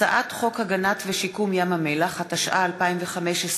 הצעת חוק הגנת ושיקום ים-המלח, התשע"ה 2015,